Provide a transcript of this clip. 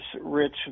Rich